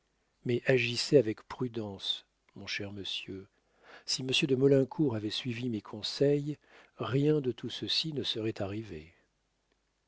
mais agissez avec prudence mon cher monsieur si monsieur de maulincour avait suivi mes conseils rien de tout ceci ne serait arrivé